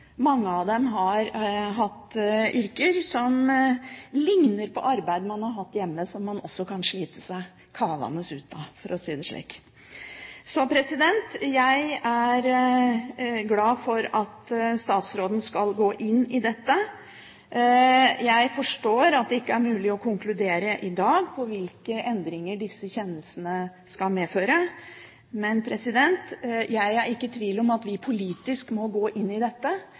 Mange kvinner har hatt yrker som likner på arbeid de har hatt hjemme, som de også kan slite seg kavandes ut på – for å si det slik. Jeg er glad for at statsråden skal gå inn i dette. Jeg forstår at det ikke er mulig å konkludere i dag på hvilke endringer disse kjennelsene skal medføre, men jeg er ikke i tvil om at vi politisk må gå inn i dette